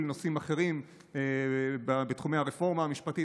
נושאים אחרים בתחומי הרפורמה המשפטית,